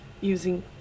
Using